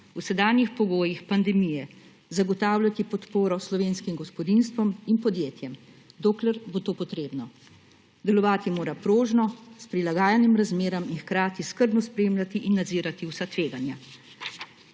v sedanjih pogojih pandemije zagotavljati podporo slovenskim gospodinjstvom in podjetjem, dokler bo to potrebno. Delovati mora prožno, s prilagajanjem razmeram, in hkrati skrbno spremljati in nadzirati vsa tveganja.